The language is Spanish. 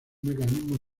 mecanismo